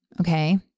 okay